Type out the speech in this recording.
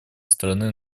стороны